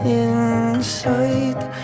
inside